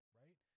right